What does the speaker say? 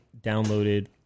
downloaded